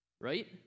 Right